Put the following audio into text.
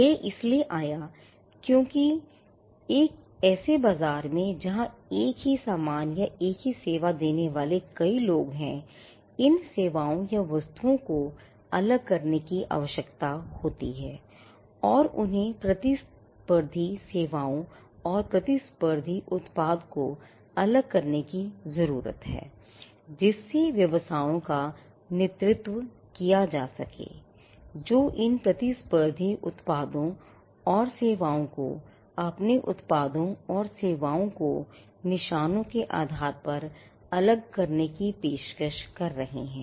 यह इसलिए आया क्योंकि एक ऐसे बाजार में जहां एक ही सामान या एक ही सेवा देने वाले कई लोग हैं इन सेवाओं या वस्तुओं को अलग करने की आवश्यकता है और उन्हें प्रतिस्पर्धी सेवाओं और प्रतिस्पर्धी उत्पाद को अलग करने की जरूरत है जिससे व्यवसायों का नेतृत्व किया जा सके जो इन प्रतिस्पर्धी उत्पादों और सेवाओं को अपने उत्पादों और सेवाओं को निशानों के आधार पर अलग करने की पेशकश कर रहे हैं